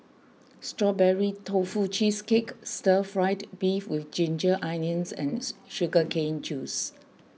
Strawberry Tofu Cheesecake Stir Fried Beef with Ginger Onions and Sugar Cane Juice